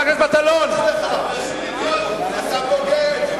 אתה בוגד.